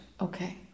Okay